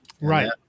Right